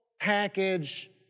package